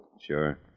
Sure